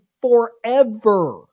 forever